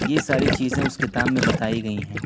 یہ ساری چیزیں اس کتاب میں بتائی گئی ہیں